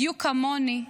בדיוק כמוני,